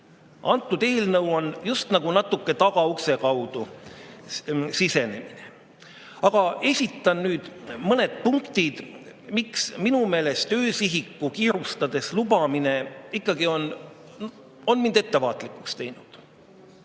See eelnõu aga on just nagu natuke tagaukse kaudu sisenemine. Aga esitan nüüd mõned punktid, miks minu meelest öösihiku kiirustades lubamine on mind ettevaatlikuks